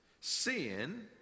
sin